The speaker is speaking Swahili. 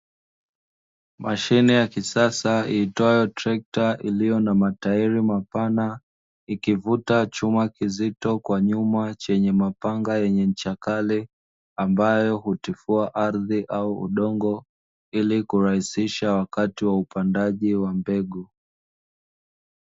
Mashine ya kisasa iitwayo trekta iliyo na matairi mapana, ikivuta chuma kizito kwa nyuma chenye mapanga yenye ncha kali, ambayo hutifua ardhi au udongo ili kurahisisha wakati wa upandaji wa mbegu.